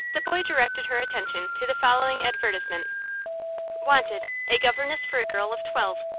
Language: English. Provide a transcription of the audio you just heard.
the boy directed her attention to the following advertisement wanted a governess for a girl of twelve.